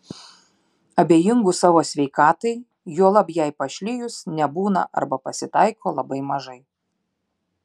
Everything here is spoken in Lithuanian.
abejingų savo sveikatai juolab jai pašlijus nebūna arba pasitaiko labai mažai